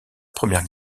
première